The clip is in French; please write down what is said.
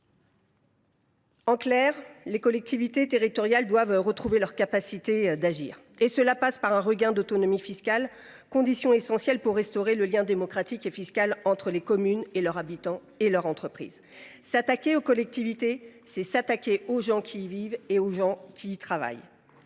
En clair, les collectivités territoriales doivent retrouver leur capacité d’agir. Cela passe par un regain d’autonomie fiscale, condition essentielle pour restaurer le lien démocratique et fiscal entre les communes et leurs habitants, ainsi qu’avec les entreprises. S’attaquer aux collectivités, c’est s’attaquer aux gens qui y vivent et qui y travaillent.